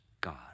God